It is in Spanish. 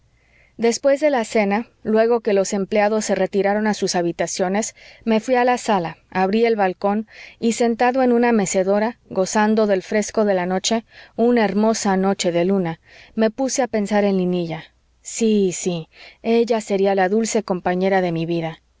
después de la cena luego que los empleados se retiraron a sus habitaciones me fui a la sala abrí el balcón y sentado en una mecedora gozando del fresco de la noche una hermosa noche de luna me puse a pensar en linilla sí sí ella sería la dulce compañera de mi vida